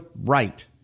right